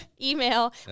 email